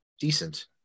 decent